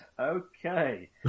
Okay